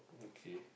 okay